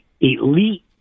elite